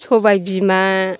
सबाय बिमा